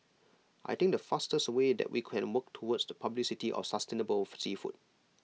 I think the fastest way that we can work towards the publicity of sustainable for seafood